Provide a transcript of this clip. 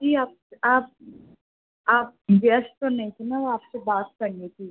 जी आप आप आप व्यस्त तो नहीं है न वो आपसे बात करनी थी